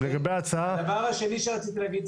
הדבר השני שרציתי להגיד,